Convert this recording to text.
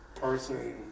person